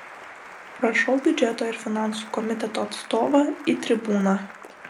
prašau biudžeto ir finansų komiteto atstovą į tribūną